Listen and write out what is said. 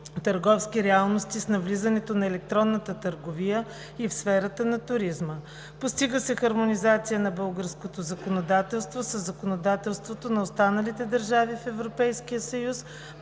търговски реалности с навлизането на електронната търговия и в сферата на туризма. Постига се хармонизация на българското законодателство със законодателството на останалите държави в Европейския съюз